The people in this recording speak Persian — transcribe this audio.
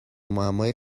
معمای